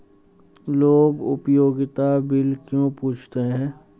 लोग उपयोगिता बिल क्यों पूछते हैं?